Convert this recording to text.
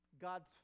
god's